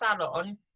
salon